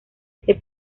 este